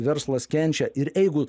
verslas kenčia ir eigu